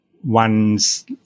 one's